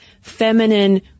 feminine